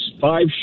five